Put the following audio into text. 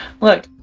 look